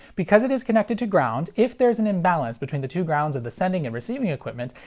because it is connected to ground, if there's an imbalance between the two grounds of the sending and receiving equipment,